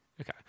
Okay